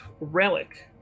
relic